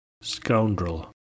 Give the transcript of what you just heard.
Scoundrel